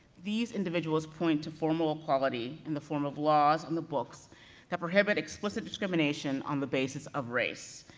these individuals point to formal equality in the form of laws on the books that prohibit explicit discrimination on the basis of race,